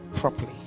properly